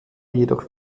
jedoch